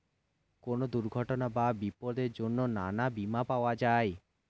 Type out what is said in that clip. কোন দুর্ঘটনা বা বিপদের জন্যে নানা বীমা পাওয়া যায়